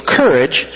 courage